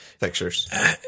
pictures